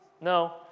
No